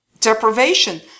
Deprivation